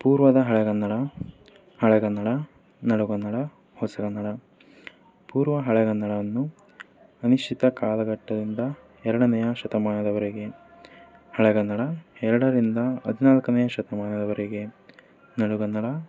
ಪೂರ್ವದ ಹಳೆಗನ್ನಡ ಹಳೆಗನ್ನಡ ನಡುಗನ್ನಡ ಹೊಸಗನ್ನಡ ಪೂರ್ವ ಹಳೆಗನ್ನಡವನ್ನು ಅನಿಶ್ಚಿತ ಕಾಲಘಟ್ಟದಿಂದ ಎರಡನೆಯ ಶತಮಾನದವರೆಗೆ ಹಳೆಗನ್ನಡ ಎರಡರಿಂದ ಹದಿನಾಲ್ಕನೇ ಶತಮಾನದವರೆಗೆ ನಡುಗನ್ನಡ